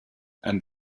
and